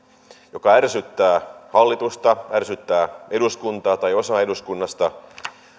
joka ärsyttää hallitusta ärsyttää eduskuntaa tai osaa eduskunnasta